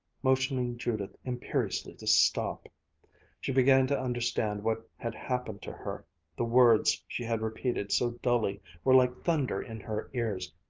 motioning judith imperiously to stop she began to understand what had happened to her the words she had repeated so dully were like thunder in her ears.